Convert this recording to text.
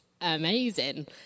amazing